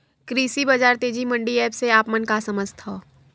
कृषि बजार तेजी मंडी एप्प से आप मन का समझथव?